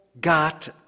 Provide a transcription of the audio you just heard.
got